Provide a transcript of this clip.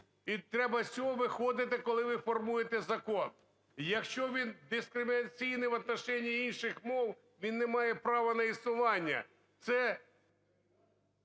і треба з цього виходити, коли ви формуєте закон. Якщо він дискримінаційний в отношении інших мов, він не має права на існування. Це...